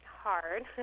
hard